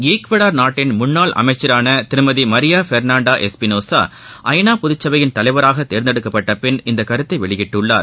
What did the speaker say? ாக்வேடர் நாட்டின் முன்னாள் அமைச்சரான திருமதி மரியா பெர்னான்டா எஸ்பிநாகோ ஜநா பொதுசபையின் தலைவராக தேர்ந்தெடுக்கப்பட்ட பின் இந்த கருத்தை வெளியிட்டுள்ளார்